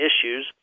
issues